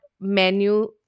menu